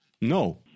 No